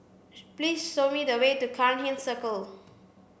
please show me the way to Cairnhill Circle